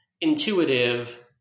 intuitive